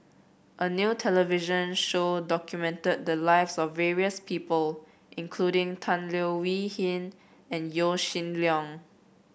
a new television show documented the lives of various people including Tan Leo Wee Hin and Yaw Shin Leong